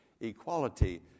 equality